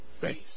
face